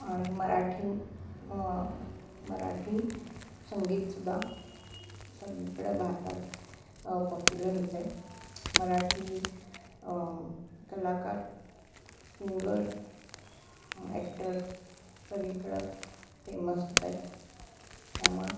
आणि मराठी मराठी संगीतसुद्धा सगळीकडे भारतात पॉप्युलर होतं आहे मराठी कलाकार सिंगर ॲक्टर सगळीकडं फेमस होत आहेत त्यामुळे